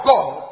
God